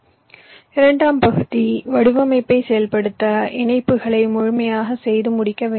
எனவே முதல் படியில் அதிக எண்ணிக்கையிலான டிரான்சிஸ்டர்களை உருவாக்குகிறீர்கள் ஆனால் அவை இணைக்கப்படவில்லை